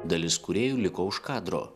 dalis kūrėjų liko už kadro